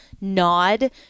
nod